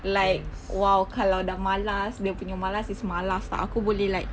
like !wow! kalau dah malas dia punya malas is malas tak aku boleh like